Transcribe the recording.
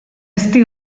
ezti